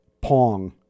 Pong